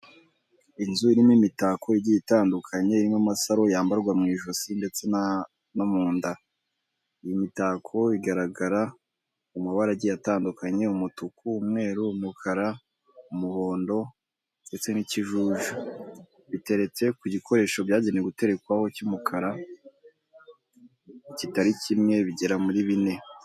Inzu irimo imitako igiye itandukanye irimo nk'amasaro yambarwa mu ijosi ndetse no mu nda, iyi mitako igaragara mu mabara agiye atandukanye umutuku, umweru, umukara, umuhondo, ndetse n'ikijuju, biteretse ku gikoresho byagenewe guterekwaho cy'umukara kitari kimwe bigera muri bine.